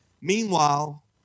Meanwhile